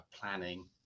planning